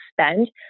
spend